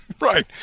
right